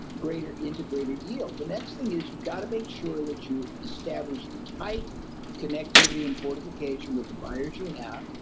greater integrated yield. the next thing is you got to make sure that you establish tight connectivity and fortification with the buyers you have.